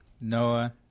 Noah